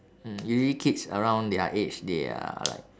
mm usually kids around their age they are like